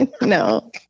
No